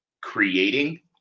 creating